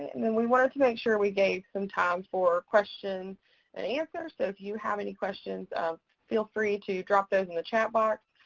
and then we wanted to make sure we gave some time for questions and answers, so if you have any questions, feel free to drop those in the chat box.